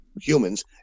humans